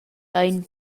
ein